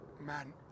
man